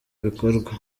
bikorwa